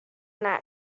that